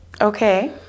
Okay